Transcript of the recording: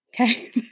Okay